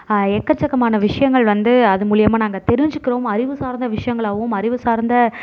எக்கச்சக்கமான விஷயங்கள் வந்து அது மூலியமாக நாங்கள் தெரிஞ்சிக்கிறோம் அறிவு சார்ந்த விஷயங்களாவும் அறிவு சார்ந்த